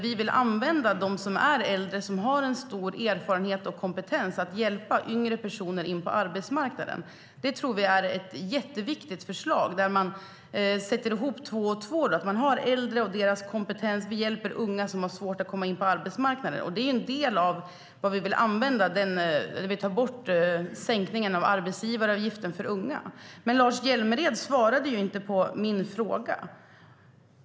Vi vill använda dem som är äldre och som har stor erfarenenhet och kompetens till att hjälpa yngre personer in på arbetsmarknaden. Det tror vi är ett jätteviktigt förslag, där man sätter ihop två och två. Man har äldre som med sin kompetens hjälper unga som har svårt att komma in på arbetsmarknaden. Det är en del av vad vi vill använda det vi får in genom att ta bort sänkningen av arbetsgivaravgiften för unga. Lars Hjälmered svarade inte på min fråga.